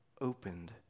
opened